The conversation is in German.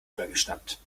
übergeschnappt